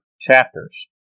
chapters